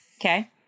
Okay